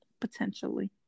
potentially